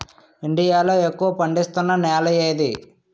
India లో ఎక్కువ పండిస్తున్నా నేల ఏది?